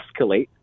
escalate